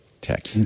Tech